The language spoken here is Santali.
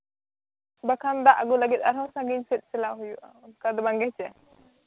ᱵᱟᱠᱷᱟᱱ ᱫᱟᱜ ᱟᱹᱜᱩ ᱞᱟᱹᱜᱤᱫ ᱟᱨᱦᱚᱸ ᱥᱟᱺᱜᱤᱧ ᱥᱮᱫ ᱪᱟᱞᱟᱜ ᱦᱩᱭᱩᱜᱼᱟ ᱚᱱᱠᱟ ᱫᱚ ᱵᱟᱝ ᱦᱮᱸᱥᱮ